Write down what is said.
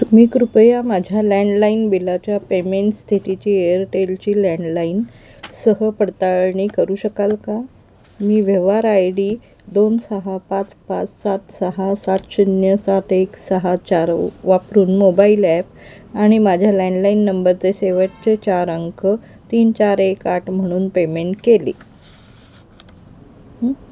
तुम्ही कृपया माझ्या लँडलाईन बिलाच्या पेमेंट स्थितीची एअरटेलची लँडलाईन सह पडताळणी करू शकाल का मी व्यवहार आय डी दोन सहा पाच पाच सात सहा सात शून्य सात एक सहा चार वापरून मोबाईल ॲप आणि माझ्या लँडलाईन नंबरचे शेवटचे चार अंक तीन चार एक आठ म्हणून पेमेंट केली